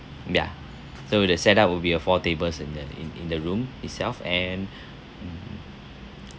ya so the set up would be uh four tables in the in in the room itself and